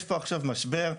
יש פה עכשיו משבר,